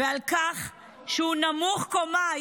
על כך שהוא נמוך קומה,